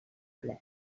ple